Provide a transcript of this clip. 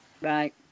Right